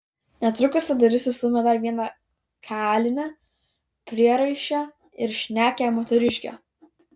netrukus pro duris įstūmė dar vieną kalinę prieraišią ir šnekią moteriškę